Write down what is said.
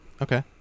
okay